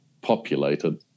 populated